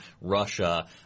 Russia